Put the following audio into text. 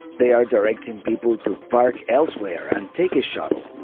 they are directing people to park elsewhere and take a shuttle.